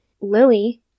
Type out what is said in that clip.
Lily